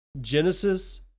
Genesis